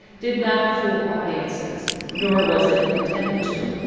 did not fool audiences, nor was it intended to.